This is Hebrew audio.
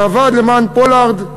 הוועד למען פולארד,